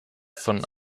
von